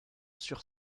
sur